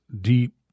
deep